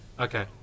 okay